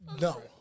No